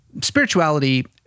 spirituality